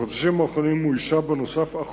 בחודשים האחרונים אוישה גם משרה של